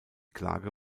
klage